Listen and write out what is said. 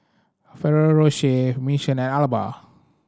Ferrero Rocher Mission and Alba